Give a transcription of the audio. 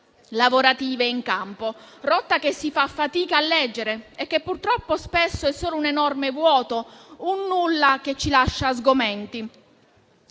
lavorative in campo; rotta che si fa fatica a leggere e che, purtroppo, spesso è solo un enorme vuoto, un nulla che ci lascia sgomenti.